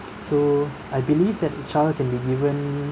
so I believe that child can be given